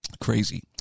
crazy